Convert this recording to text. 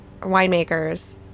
winemakers